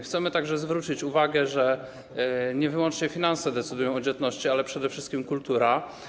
Chcemy także zwrócić uwagę, że nie wyłącznie finanse decydują o dzietności, ale przede wszystkim kultura.